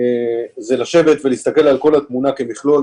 זה לשבת ולהסתכל על כל התמונה כמכלול.